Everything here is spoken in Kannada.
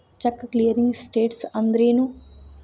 ಚೆಕ್ ಕ್ಲಿಯರಿಂಗ್ ಸ್ಟೇಟ್ಸ್ ಅಂದ್ರೇನು?